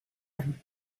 him